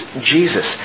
Jesus